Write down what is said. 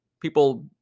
people